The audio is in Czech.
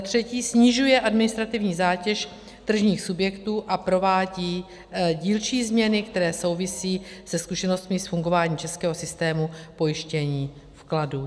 3. snižuje administrativní zátěž tržních subjektů a provádí dílčí změny, které souvisejí se zkušenostmi z fungování českého systému pojištění vkladů.